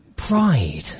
pride